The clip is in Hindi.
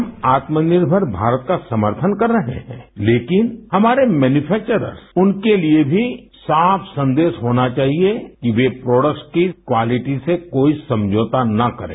हम आत्मनिर्मर भारत का समर्थन कर रहे हैं लेकिन हमारे मैन्यूफेक्वर्रस उनके लिए भी साफ सन्देश होना चाहिए कि वे प्रोडक्ट्स की क्वालिटी से कोई समझौता न करें